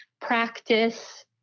practice